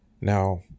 Now